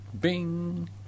Bing